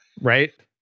Right